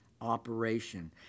operation